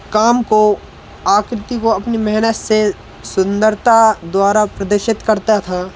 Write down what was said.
काम को आकृति को अपनी मेहनत से सुंदरता द्वारा प्रदर्शित करता था